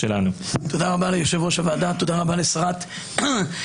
תודה רבה ליושב ראש הוועדה ולשרת הקליטה.